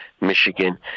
Michigan